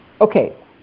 Okay